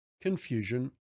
confusion